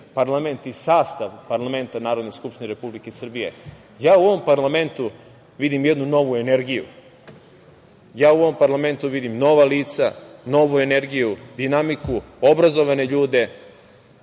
parlament i sastav parlamenta Narodne skupštine Republike Srbije, ja u ovom parlamentu vidim jednu novu energiju. Ja u ovom parlamentu vidim nova lica, novu energiju, dinamiku, obrazovane ljude,